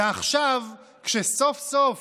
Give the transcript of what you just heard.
ועכשיו, כשסוף-סוף